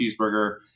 cheeseburger